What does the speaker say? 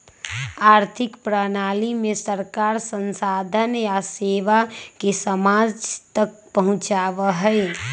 आर्थिक प्रणाली में सरकार संसाधन या सेवा के समाज तक पहुंचावा हई